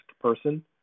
person